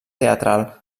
teatral